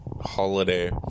Holiday